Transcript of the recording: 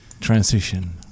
transition